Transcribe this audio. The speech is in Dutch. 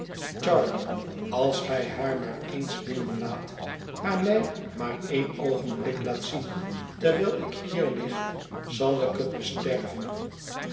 charley als gij haar maar eens binnenlaat haar mij maar een oogenblik laat zien terwijl ik hier lig zal ik het besterven